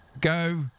go